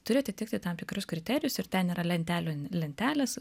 turi atitikti tam tikrus kriterijus ir ten yra lentelių lentelės